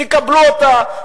תקבלו אותה,